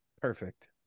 Perfect